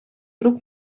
рук